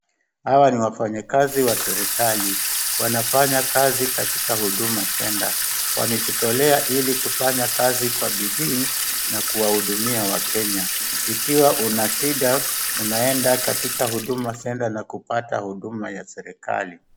Hawa ni wafanyakazi wa serikali, wanafanya kazi katika huduma centre , wamejitolea ili kufanya kazi kwa bidii na kuwahudumia wakenya, ikiwa una shida, unaenda katika huduma centre na kupata huduma ya serikali.